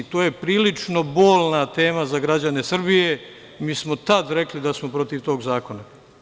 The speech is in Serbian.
To je prilično bolna tema za građane Srbije, mi smo tada rekli da smo protiv tog zakona.